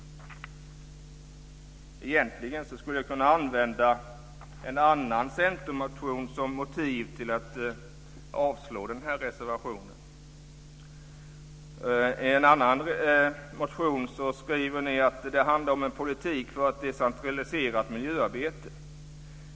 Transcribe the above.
Egentligen skulle jag kunna använda en annan centermotion som motiv för att avslå den här reservationen. I en annan motion skriver ni att det handlar om en politik för ett decentraliserat miljöarbete.